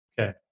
Okay